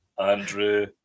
Andrew